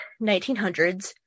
1900s